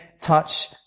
touch